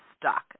stuck